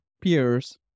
peers